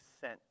sent